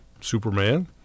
Superman